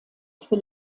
für